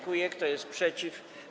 Kto jest przeciw?